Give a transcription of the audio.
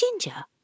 ginger